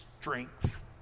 strength